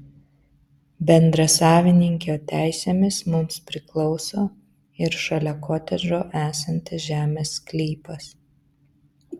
bendrasavininkio teisėmis mums priklauso ir šalia kotedžo esantis žemės sklypas